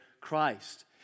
Christ